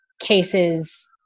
cases